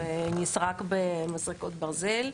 ונסרק במסרקות ברזל.